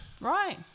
right